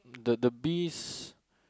the the bees